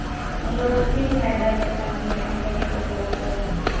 உங்களோட ஒப்பீனியன் வேறு ஏதாவது இருக்கா மேம் இந்த கம்பெனியை கூப்பிட்லாம் போகலாம் அப்படின்ட்டு